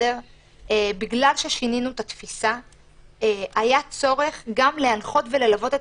בגלל ששינינו את התפיסה היה צורך גם להנחות וללוות את